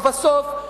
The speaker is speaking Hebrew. ובסוף,